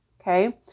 Okay